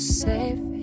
safe